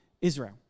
Israel